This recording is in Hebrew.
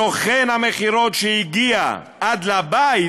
סוכן המכירות, שהגיע עד הבית